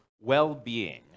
well-being